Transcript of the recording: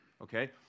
okay